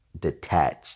detached